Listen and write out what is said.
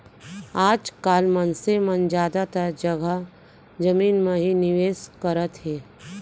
आज काल मनसे मन जादातर जघा जमीन म ही निवेस करत हे